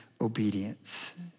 obedience